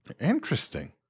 Interesting